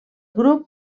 grup